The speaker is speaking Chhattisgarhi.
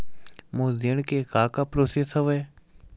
मोर ऋण के का का प्रोसेस हवय?